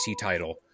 title